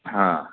हां